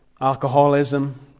alcoholism